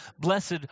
Blessed